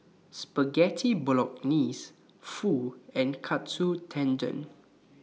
Spaghetti Bolognese Pho and Katsu Tendon